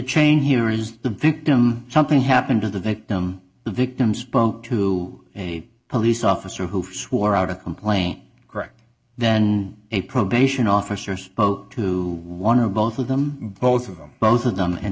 chain here is the victim something happened to the victim the victim spoke to a police officer who swore out a complaint correct then a probation officer spoke to one or both of them both of them both of them and